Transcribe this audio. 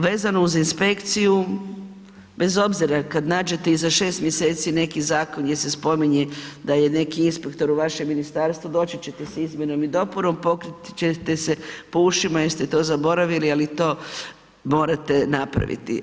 Vezno uz inspekciju, bez obzira kada nađete i za 6 mjeseci neki zakon gdje se spominje da je neki inspektor u vašem ministarstvu doći ćete sa izmjenom i dopunom, pokriti ćete se po ušima jer ste to zaboravili ali morate napraviti.